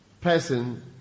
person